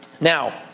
Now